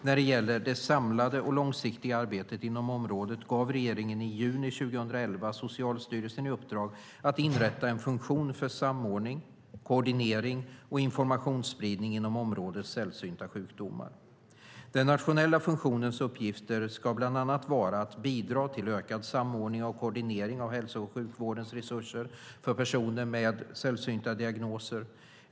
När det gäller det samlade och långsiktiga arbetet inom området gav regeringen i juni 2011 Socialstyrelsen i uppdrag att inrätta en funktion för samordning, koordinering och informationsspridning inom området sällsynta sjukdomar. Den nationella funktionens uppgifter ska bland annat vara att bidra till ökad samordning och koordinering av hälso och sjukvårdens resurser för personer med sällsynta diagnoser.